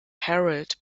herald